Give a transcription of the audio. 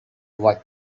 what